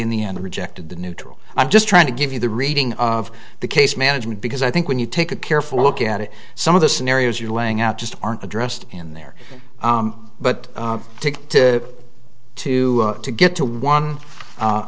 in the end rejected the neutral i'm just trying to give you the reading of the case management because i think when you take a careful look at it some of the scenarios you're laying out just aren't addressed in there but to to to to get to one